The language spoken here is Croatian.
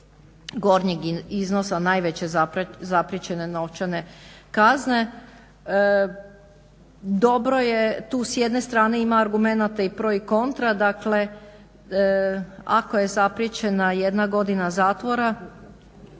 gornjeg iznos najveće zapriječene novčane kazne. Dobro je, tu s jedne strane ima argumenata i pro i kontra, dakle ako je zapriječena 1 godina zatvora